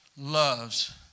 loves